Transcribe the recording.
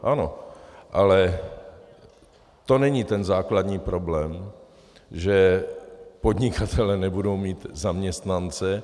Ano, ale to není ten základní problém, že podnikatelé nebudou mít zaměstnance.